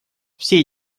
все